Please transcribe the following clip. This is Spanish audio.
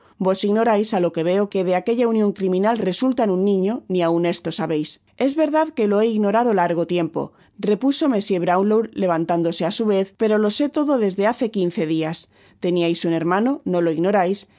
ignorais á lo que veo que de aquella unión criminal resultan un niño ni áun esto sabeis es verdad que lo he ignorado largo tiempo repuso monsieur brownlow levantándose á su vez pero lo sé todo desde hace quince dias teneis un hermano no lo ignorais y lo que